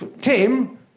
Tim